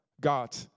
God